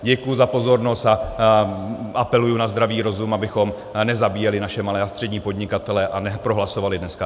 Děkuji za pozornost a apeluji na zdravý rozum, abychom nezabíjeli naše malé a střední podnikatele a neprohlasovali dneska EET.